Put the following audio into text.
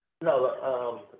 no